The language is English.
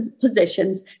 positions